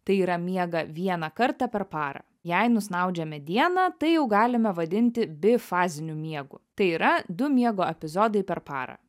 tai yra miega vieną kartą per parą jei nusnaudžiame dieną tai jau galime vadinti bifaziniu miegu tai yra du miego epizodai per parą